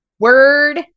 Word